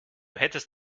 hättest